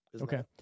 Okay